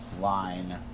line